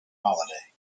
holiday